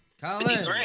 Colin